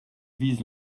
vise